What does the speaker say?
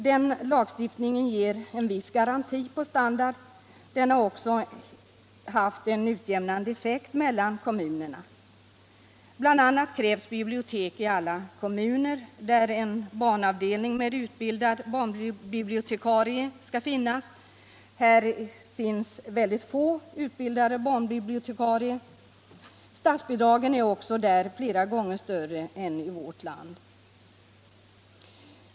Den ger en viss garanti för standard, och den har också haft en utjämnande effekt mellan kommunerna. Bl. a. krävs att det i alla kommuner skall finnas bibliotek med en barnavdelning med utbildad barnbibliotekarie. Här har vi mycket få utbildade barnbibliotekarier. Statsbidragen är också i grannländerna flera gånger större än i vårt land.